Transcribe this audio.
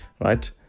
right